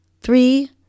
three